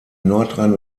nordrhein